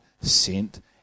sent